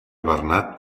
bernat